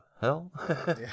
hell